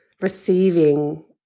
receiving